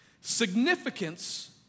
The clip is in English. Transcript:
Significance